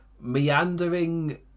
meandering